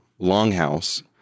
longhouse